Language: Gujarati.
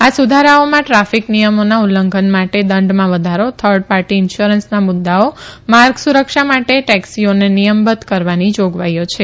આ સુધારાઓમાં દ્રાફિક નિયમોના ઉલ્લંઘન માતે દંડમાં વધારો થર્ડ પાર્તી ઇન્સ્યોરન્સના મુદ્દાઓ માર્ગ સુરક્ષા માટે ટેક્સીઓને નિયમબદ્ધ કરવાની જાગવાઈઓ છે